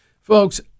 folks